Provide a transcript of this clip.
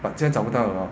but 现在找不到了 lor